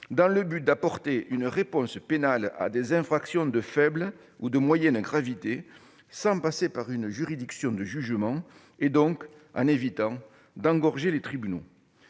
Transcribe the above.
dans le but d'apporter une réponse pénale à des infractions de faible ou de moyenne gravité sans passer par une juridiction de jugement, ce qui évite d'engorger les tribunaux.